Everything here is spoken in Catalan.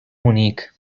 munic